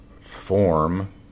form